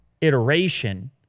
iteration